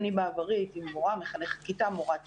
אני בעברי הייתי מורה, מחנכת כיתה ומורת שילוב.